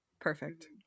Perfect